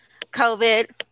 COVID